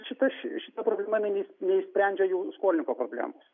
šita šita problema jinai ne neišsprendžia jau skolininko problemos